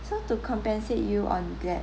so to compensate you on that